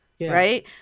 Right